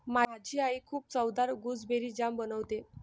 माझी आई खूप चवदार गुसबेरी जाम बनवते